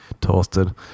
toasted